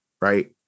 right